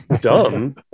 dumb